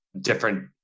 different